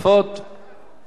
אולי בכל זאת